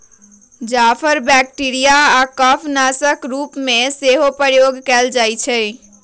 जाफर bacteria आऽ कफ नाशक के रूप में सेहो प्रयोग कएल जाइ छइ